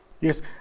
Yes